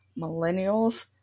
millennials